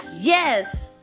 Yes